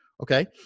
okay